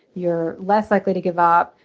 you're less likely to give up,